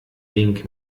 wink